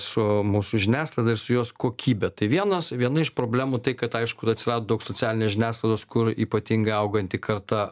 su mūsų žiniasklaida ir su jos kokybe tai vienos viena iš problemų tai kad aišku ir atsirado daug socialinės žiniasklaidos kur ypatingai auganti karta